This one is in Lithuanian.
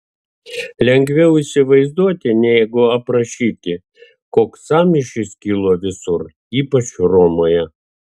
lengviau įsivaizduoti negu aprašyti koks sąmyšis kilo visur ypač romoje